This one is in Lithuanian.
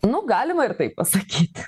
nu galima ir taip pasakyt